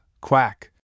Quack